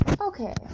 okay